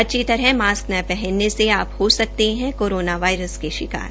अच्छी तरह मास्क न पहनने से आप हो सकते हैं कोरोना वायरस के शिकार